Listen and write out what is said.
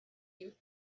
you